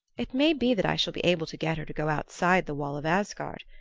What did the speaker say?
it may be that i shall be able to get her to go outside the wall of asgard.